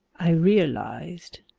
i realized.